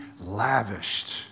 lavished